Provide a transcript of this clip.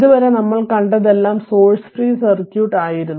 ഇത് വരെ നമ്മൾ കണ്ടതെല്ലാം സോഴ്സ് ഫ്രീ സർക്യൂട്സ് ആയിരുന്നു